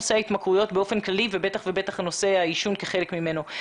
נושא ההתמכרויות באופן כללי ובטח נושא העישון כחלק ממנו.